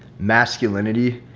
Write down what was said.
masculinity,